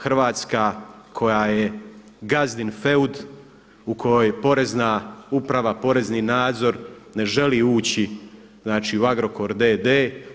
Hrvatska koja je gazdin feud u koji Porezna uprava, porezni nadzor ne želi ući, znači u Agrokor d.d.